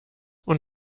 und